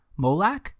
Molak